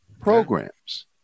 programs